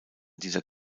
dieser